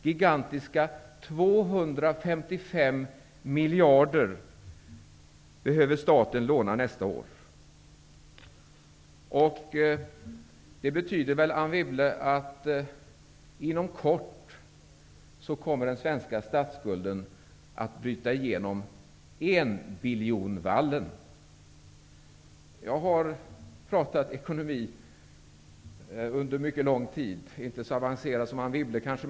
Gigantiska 255 miljarder behöver staten låna nästa år. Det betyder väl, Anne Wibble, att den svenska statsskulden inom kort kommer att bryta igenom enbiljonvallen? Jag har under lång tid pratat ekonomi, även om jag kanske inte har gjort det så avancerat som Anne Wibble.